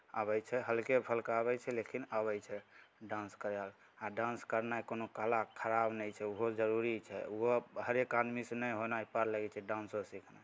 आबै छै हलके फलका आबै छै लेकिन आबै छै डान्स करै आ डान्स करनाइ कला कोनो खराब नहि छै ओहो जरूरी छै ओहो हरेक आदमीसँ होनाइ नहि पार लगै छै डान्स सिखनाइ